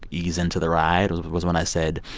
ease into the ride was was when i said,